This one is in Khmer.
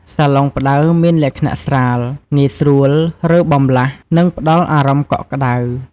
សាឡុងផ្តៅមានលក្ខណៈស្រាល ងាយស្រួលរើបម្លាស់ និងផ្តល់អារម្មណ៍កក់ក្តៅ។